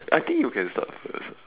I think you can start first ah